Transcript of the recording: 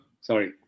Sorry